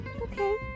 okay